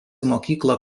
mokyklą